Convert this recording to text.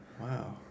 wow